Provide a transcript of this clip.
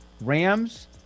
Rams